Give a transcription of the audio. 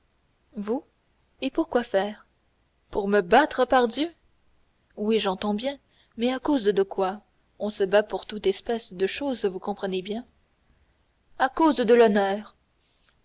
vous et pour quoi faire pour me battre pardieu oui j'entends bien mais à cause de quoi on se bat pour toute espèce de choses vous comprenez bien à cause de l'honneur